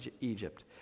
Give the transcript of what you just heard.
Egypt